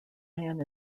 man